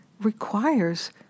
requires